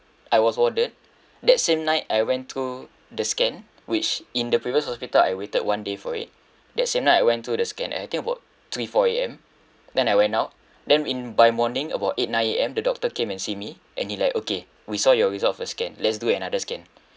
I was warded that same night I went through the scan which in the previous hospital I waited one day for it that same night I went through the scan I think about three four A_M then I went out then in by morning about eight nine A_M the doctor came and see me and he like okay we saw your result first scan let's do another scan